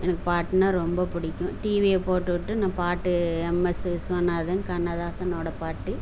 எனக்கு பாட்டுனால் ரொம்ப பிடிக்கும் டிவியை போட்டுவிட்டு நான் பாட்டு எம்எஸ் விஸ்வநாதன் கண்ணதாசனோடய பாட்டு